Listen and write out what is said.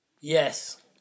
yes